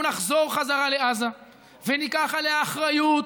אנחנו נחזור חזרה לעזה וניקח עליה אחריות,